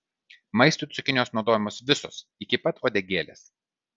maistui cukinijos naudojamos visos iki pat uodegėlės